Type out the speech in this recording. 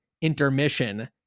intermission